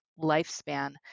lifespan